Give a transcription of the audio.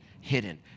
hidden